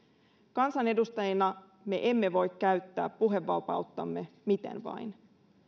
kansanedustajina me emme voi käyttää puhevapauttamme miten vain